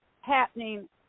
happening